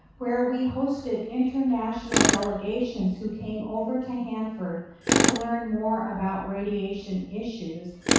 where we hosted international delegations who came over to hanford to learn more about radiation issues,